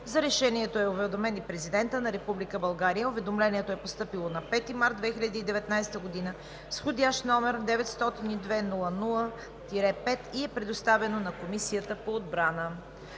за решението е уведомен и Президентът на Република България.“ Уведомлението е постъпило на 5 март 2019 г. с вх. № 902-00-5 и е предоставено на Комисията по отбрана.